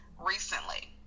recently